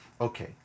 Okay